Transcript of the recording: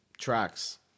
tracks